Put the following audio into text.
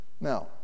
Now